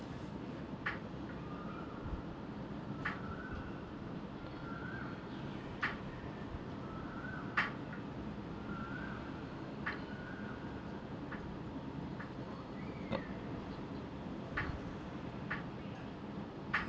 uh